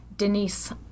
Denise